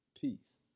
peace